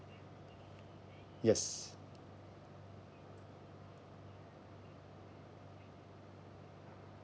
yes